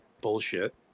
Bullshit